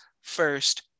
first